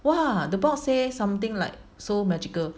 !wah! the box say something like so magical